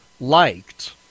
liked